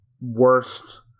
worst